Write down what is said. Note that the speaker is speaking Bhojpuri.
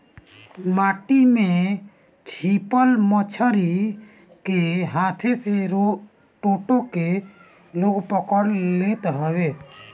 माटी में छिपल मछरी के हाथे से टो टो के लोग पकड़ लेत हवे